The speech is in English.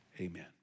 amen